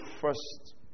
first